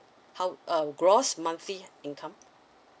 how uh gross monthly income